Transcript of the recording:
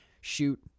shoot